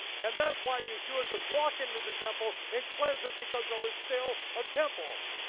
and that's why yeshua could walk into the temple and cleanse it, because there was still a temple.